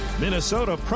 Minnesota